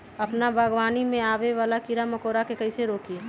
अपना बागवानी में आबे वाला किरा मकोरा के कईसे रोकी?